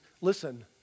listen